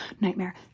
Nightmare